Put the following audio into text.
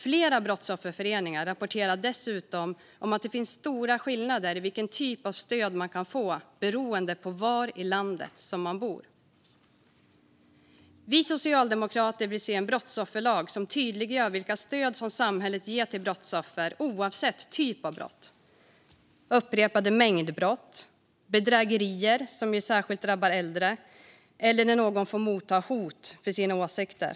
Flera brottsofferföreningar rapporterar dessutom att det finns stora skillnader i vilken typ av stöd man kan få beroende på var i landet man bor. Vi socialdemokrater vill se en brottsofferlag som tydliggör vilka stöd samhället ger till brottsoffer oavsett typ av brott. Det är upprepade mängdbrott och bedrägerier, som ju särskilt drabbar äldre, eller när någon får motta hot för sina åsikter.